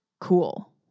cool